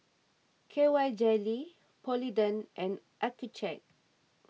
K Y Jelly Polident and Accucheck